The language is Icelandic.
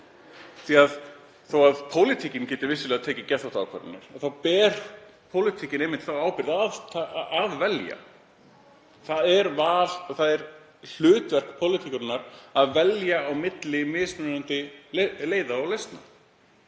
því að þó að pólitíkin geti vissulega tekið geðþóttaákvarðanir þá ber pólitíkin einmitt þá ábyrgð að velja. Það er hlutverk pólitíkurinnar að velja á milli mismunandi leiða og lausna.